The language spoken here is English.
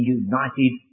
united